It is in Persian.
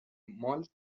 اعمال